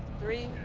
three,